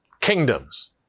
kingdoms